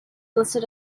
listed